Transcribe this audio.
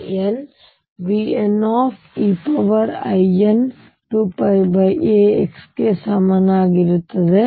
ಆದ್ದರಿಂದ ನಮ್ಮಲ್ಲಿ V nVnein2πax ಗೆ ಸಮನಾಗಿರುತ್ತದೆ